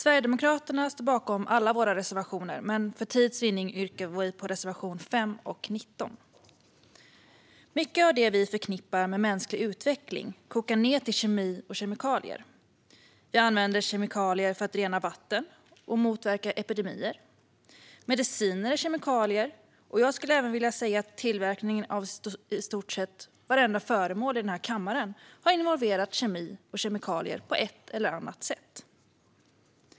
Herr talman! Jag står bakom alla Sverigedemokraternas reservationer, men för tids vinnande yrkar jag bifall endast till reservationerna 5 och 19. Mycket av det vi förknippar med mänsklig utveckling kokar ned till kemi och kemikalier. Vi använder kemikalier för att rena vatten och motverka epidemier. Mediciner är kemikalier, och jag skulle även vilja säga att tillverkningen av i stort sett vartenda föremål i denna kammare har involverat kemi och kemikalier på ett eller annat sätt.